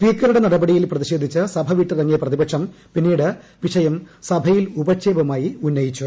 സ്പീക്കറുടെ നടപട്ടിയിൽ ് പ്രതിഷേധിച്ച് സഭ വിട്ടിറങ്ങിയ പ്രതിപക്ഷം പിന്നീട് വിഷയം സഭയിൽ ഉപക്ഷേപമായി ഉന്നയിച്ചു